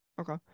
Okay